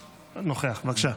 בבקשה.